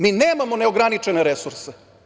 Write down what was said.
Mi nemamo neograničene resurse.